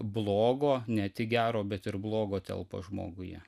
blogo ne tik gero bet ir blogo telpa žmoguje